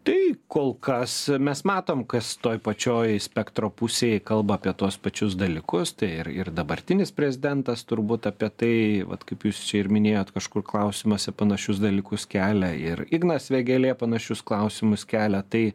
tai kol kas mes matom kas toj pačioj spektro pusėj kalba apie tuos pačius dalykus tai ir ir dabartinis prezidentas turbūt apie tai vat kaip jūs čia ir minėjot kažkur klausimuose panašius dalykus kelia ir ignas vėgėlė panašius klausimus kelia tai